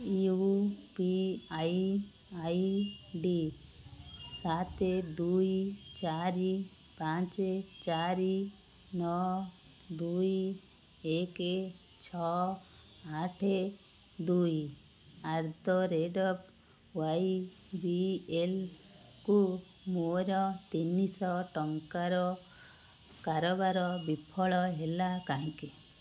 you P I I D ସାତ ଦୁଇ ଚାରି ପାଞ୍ଚ ଚାରି ନଅ ଦୁଇ ଏକ ଛଅ ଆଠ ଦୁଇ at the rate Y B L କୁ ମୋର ତିନିଶହ ଟଙ୍କାର କାରବାର ବିଫଳ ହେଲା କାହିଁକି